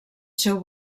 seu